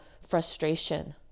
frustration